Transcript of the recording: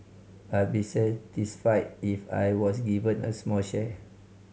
I'd be satisfied if I was given a small share